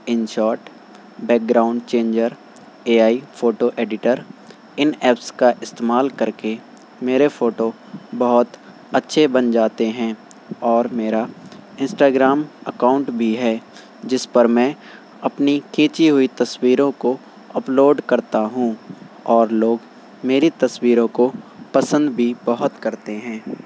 in shot background changer A I photo editor ان apps کا استعمال کر کے میرے فوٹو بہت اچھے بن جاتے ہیں اور میرا انسٹاگرام اکاؤنٹ بھی ہے جس پر میں اپنی کھینچی ہوئی تصویروں کو اپلوڈ کرتا ہوں اور لوگ میری تصویروں کو پسند بھی بہت کرتے ہیں